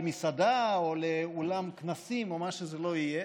למסעדה או לאולם כנסים או מה שזה לא יהיה,